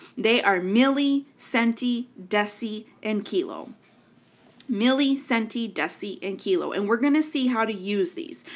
they are milli, centi, deci, and kilo milli centi deci and kilo and we're going to see how to use these.